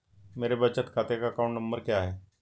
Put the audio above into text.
मेरे बचत खाते का अकाउंट नंबर क्या है?